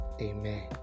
Amen